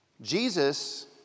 Jesus